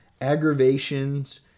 aggravations